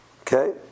Okay